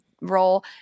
role